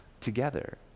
together